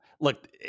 look